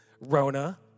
Rona